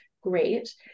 great